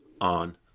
on